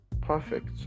perfect